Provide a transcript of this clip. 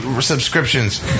subscriptions